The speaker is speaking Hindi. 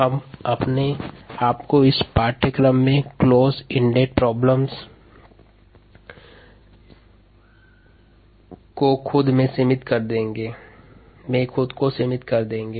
हम अपने आप को इस पाठ्यक्रम के क्लोज एंडेड समस्याओं में खुद को सीमित कर देंगे